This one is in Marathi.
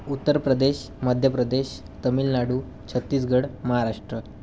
उत्तर प्रदेश मध्य प्रदेश तमिळनाडू छत्तीसगड महाराष्ट्र